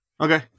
Okay